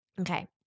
Okay